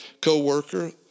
co-worker